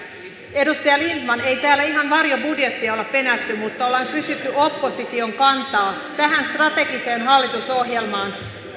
edustaja lindtman ei täällä ihan varjobudjettia olla penätty mutta ollaan kysytty opposition kantaa tähän strategiseen hallitusohjelmaan